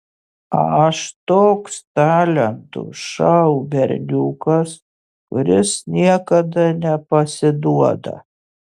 aš toks talentų šou berniukas kuris niekada nepasiduoda